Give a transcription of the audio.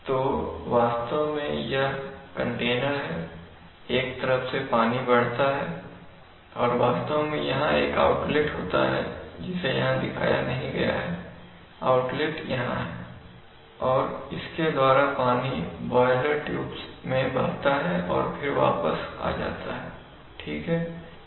तो वास्तव में यह कंटेनर है एक तरफ से पानी बढ़ता है और वास्तव में यहां एक और आउटलेट होता है जिसे यहां दिखाया नहीं गया वह आउटलेट यहां है और इसके द्वारा पानी ब्वॉयलर ट्यूब में बहता है और फिर वापस आ जाता है ठीक है